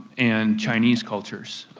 and chinese cultures,